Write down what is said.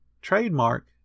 trademark